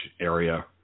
area